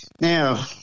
Now